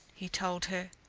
he told her.